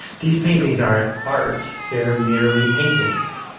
these paintings aren't art they're merely paintings.